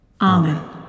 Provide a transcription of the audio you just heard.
Amen